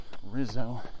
Rizzo